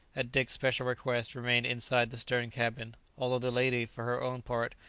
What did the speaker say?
at dick's special request, remained inside the stern cabin, although the lady, for her own part,